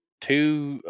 two